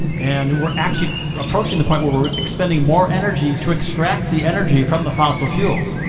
and we're actually approaching the point where we're expending more energy to extract the energy from the fossil fuels.